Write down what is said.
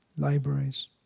libraries